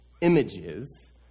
images